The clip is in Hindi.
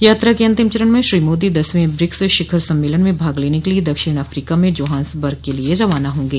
यात्रा के अंतिम चरण में श्री मोदी दसवें ब्रिक्स शिखर सम्मेलन में भाग लेने के लिए दक्षिण अफ्रीका में जोहान्सबर्ग के लिए रवाना होंगे